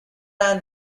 hand